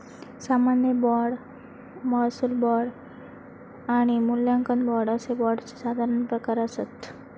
सामान्य बाँड, महसूल बाँड आणि मूल्यांकन बाँड अशे बाँडचे साधारण प्रकार आसत